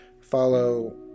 Follow